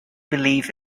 believe